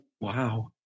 Wow